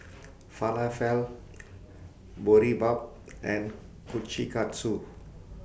Falafel Boribap and Kushikatsu